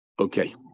Okay